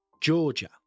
Georgia